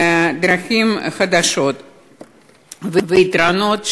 דרכים חדשות ויתרונות,